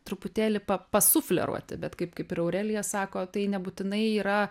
truputėlį pasufleruoti bet kaip kaip ir aurelija sako tai nebūtinai yra